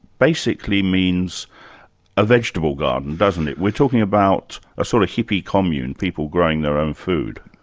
basically means a vegetable garden, doesn't it? we're talking about a sort of hippie commune, people growing their own food?